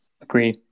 Agree